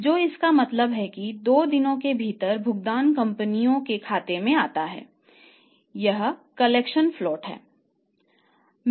तो इसका मतलब है कि 2 दिनों के भीतर भुगतान कंपनियों के खाते में आता है यह कलेक्शन फ्लोट है